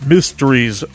Mysteries